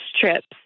trips